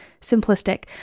simplistic